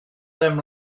them